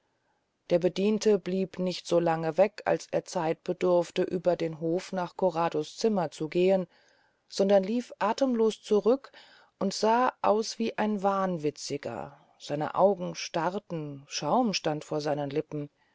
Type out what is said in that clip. der bediente blieb nicht so lange weg als er zeit bedurfte über den hof nach corrado's zimmern zu gehn sondern lief athemlos zurück und sah aus wie ein wahnwitziger seine augen starrten schaum stand vor seinen lippen